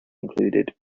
included